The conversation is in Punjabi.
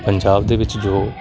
ਪੰਜਾਬ ਦੇ ਵਿੱਚ ਜੋ